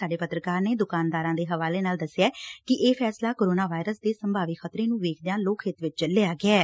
ਸਾਡੇ ਪੱਤਰਕਾਰ ਨ ਦੁਕਾਨਦਾਰਾਂ ਦੇ ਹਵਾਲੇ ਨਾਲ ਦਸਿਐ ਕਿ ਇਹ ਫੈਸਲਾ ਕੋਰੋਨਾ ਵਾਇਰਸ ਦੇ ਸੰਭਾਵੀ ਖ਼ਤਰੇ ਨੂੰ ਵੇਖਦਿਆਂ ਲੋਕ ਹਿੱਤ ਚ ਲਿਆ ਗਿਐ